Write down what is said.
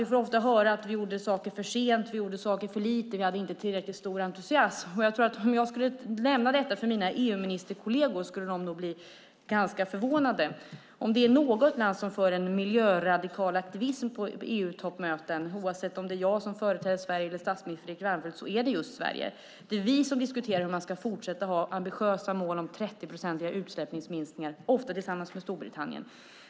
Vi får ofta höra att vi gjorde saker för sent, att vi gjorde för lite och att vi inte hade tillräckligt stor entusiasm. Om jag skulle nämna detta för mina EU-ministerkolleger skulle de nog bli ganska förvånade. Om det är något land som för en miljöradikal aktivism på EU-toppmöten, oavsett om det är jag som företräder Sverige eller statsminister Fredrik Reinfeldt, är det just Sverige. Det är vi som diskuterar hur man ska fortsätta att ha ambitiösa mål om 30-procentiga utsläppsminskningar, ofta tillsammans med Storbritannien.